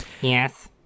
Yes